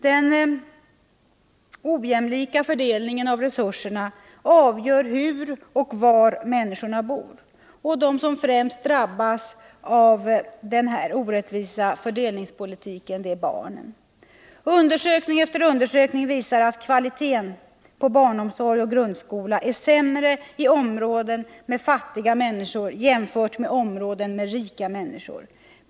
Den ojämlika fördelningen av resurserna avgör hur och var människorna bor. De som främst drabbas av denna orättvisa fördelningspolitik är barnen. Undersökning efter undersökning visar att kvaliteten på barnomsorg och grundskola är sämre i områden med fattiga människor än i områden med rika människor.